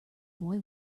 boy